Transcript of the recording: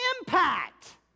impact